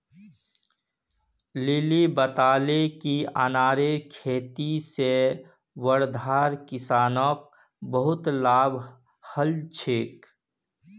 lily बताले कि अनारेर खेती से वर्धार किसानोंक बहुत लाभ हल छे